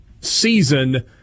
season